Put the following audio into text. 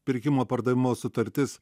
pirkimo pardavimo sutartis